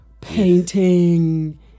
painting